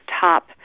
top